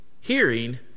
hearing